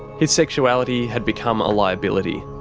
his sexuality had become a liability.